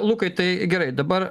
lukai tai gerai dabar